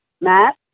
Matt